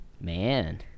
Man